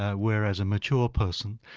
ah whereas a mature person,